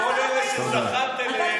כל אלה שהיא זחלה אליהם,